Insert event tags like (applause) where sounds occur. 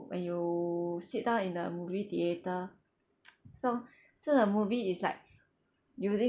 when you sit down in the movie theatre (noise) so so the movie is like using